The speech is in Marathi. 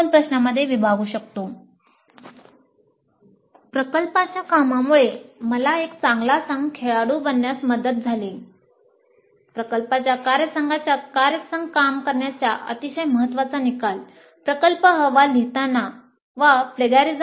"प्रकल्पाच्या कामामुळे मला एक चांगला खेळाडू संघ बनण्यास मदत झाली"